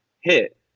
hit